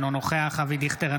אינו נוכח אבי דיכטר,